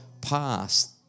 past